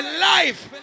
life